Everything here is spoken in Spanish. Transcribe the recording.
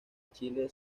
chile